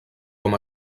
com